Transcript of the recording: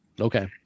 Okay